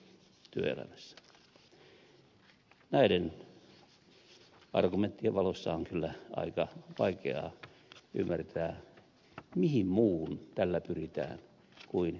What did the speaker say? näiden argumenttien valossa on kyllä aika vaikeaa ymmärtää mihin muuhun tällä pyritään kuin eläkesäästöihin